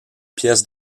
pièces